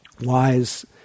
wise